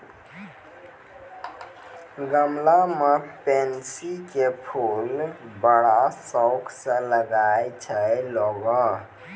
गमला मॅ पैन्सी के फूल बड़ा शौक स लगाय छै लोगॅ